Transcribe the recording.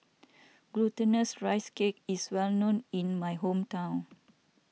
Glutinous Rice Cake is well known in my hometown